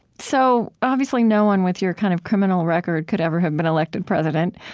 so obviously, no one with your kind of criminal record could ever have been elected president.